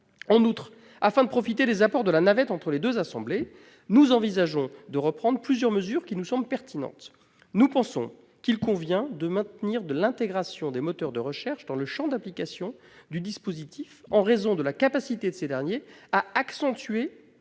En outre, afin de profiter des apports de la navette entre les deux chambres, nous envisageons de reprendre plusieurs mesures qui nous semblent pertinentes : d'abord, nous pensons qu'il convient de maintenir l'intégration des moteurs de recherche dans le champ d'application du dispositif, en raison de la capacité de ces derniers à accentuer